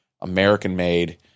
American-made